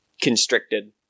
constricted